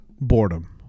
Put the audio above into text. boredom